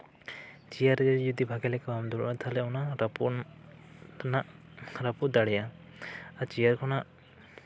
chair ᱨᱮ ᱡᱩᱫᱤ ᱵᱷᱟᱜᱮ ᱞᱮᱠᱟ ᱵᱟᱢ ᱫᱩᱲᱩᱵᱟ ᱛᱟᱦᱚᱞᱮ ᱵᱷᱟᱜᱮ ᱞᱮᱠᱟ ᱚᱱᱟ ᱨᱟᱹᱯᱩᱫ ᱨᱮᱱᱟᱜ ᱨᱟᱹᱯᱩᱫ ᱫᱟᱲᱮᱭᱟᱜᱼᱟ ᱟᱨ ᱪᱮᱭᱟᱨ ᱠᱷᱚᱱᱟᱜ